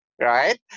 right